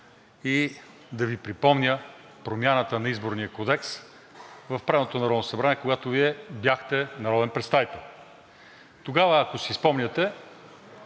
и да Ви припомня промяната на Изборния кодекс в предното Народно събрание, когато Вие бяхте народен представител. Тогава, ако си спомняте,